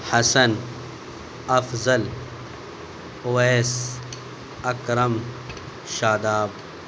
Hasan Afzal Owais Akram Shadab